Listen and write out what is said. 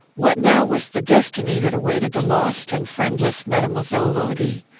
what now was the destiny that awaited the lost and friendless mademoiselle lodi?